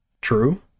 True